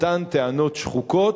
אותן טענות שחוקות.